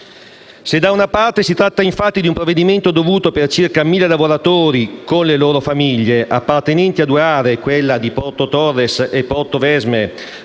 Se da una parte si tratta, infatti, di un provvedimento dovuto per circa 1.000 lavoratori (con le loro famiglie), appartenenti a due aree, quella di Porto Torres e Portovesme